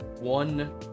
one